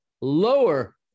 lower